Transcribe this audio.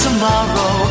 Tomorrow